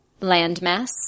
landmass